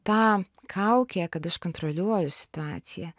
ta kaukė kad aš kontroliuoju situaciją